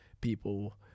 people